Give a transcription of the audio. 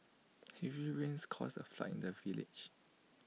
heavy rains caused A flood in the village